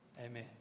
Amen